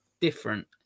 different